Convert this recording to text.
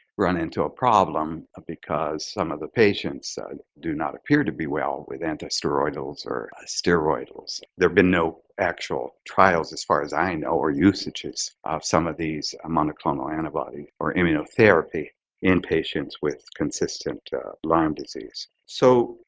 run into a problem ah because some of the patients do not appear to be well with anti-steroidals or a steroid, or there been no actual trials as far as i know or yeah institutes of some of these monoclonal antibody or immunotherapy in patients with consistent lyme disease. so,